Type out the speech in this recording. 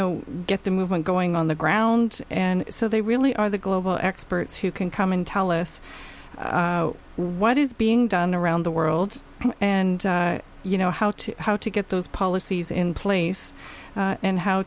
know get the movement going on the ground and so they really are the global experts who can come and tell us what is being done around the world and you know how to how to get those policies in place and how